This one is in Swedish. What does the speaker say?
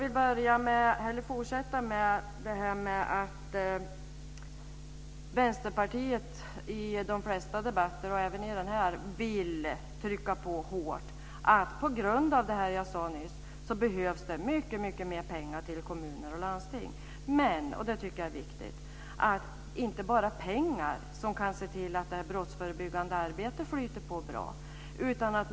Vänsterpartiet vill vara pådrivande i de flesta debatter, även i den här. För de insatser som jag nyss har nämnt behövs det mycket mer pengar till kommuner och landsting. Det är dock viktigt att vara klar över att det inte bara är pengar som gör att det brottsförebyggande arbetet utvecklas väl.